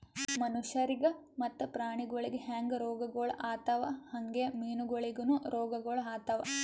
ಮನುಷ್ಯರಿಗ್ ಮತ್ತ ಪ್ರಾಣಿಗೊಳಿಗ್ ಹ್ಯಾಂಗ್ ರೋಗಗೊಳ್ ಆತವ್ ಹಂಗೆ ಮೀನುಗೊಳಿಗನು ರೋಗಗೊಳ್ ಆತವ್